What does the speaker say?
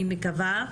אני מקווה,